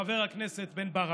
חבר הכנסת בן ברק.